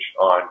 on